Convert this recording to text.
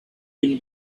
been